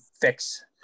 fix